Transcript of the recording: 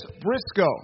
Briscoe